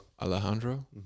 Alejandro